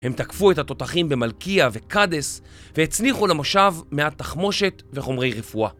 הם תקפו את התותחים במלקייה וקדס והצניחו למושב מעט תחמושת וחומרי רפואה